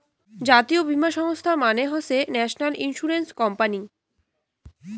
জাতীয় বীমা সংস্থা মানে হসে ন্যাশনাল ইন্সুরেন্স কোম্পানি